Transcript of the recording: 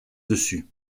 dessus